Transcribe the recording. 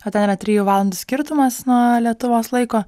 o ten yra trijų valandų skirtumas nuo lietuvos laiko